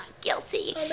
guilty